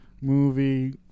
movie